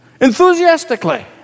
Enthusiastically